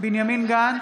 בנימין גנץ,